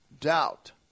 doubt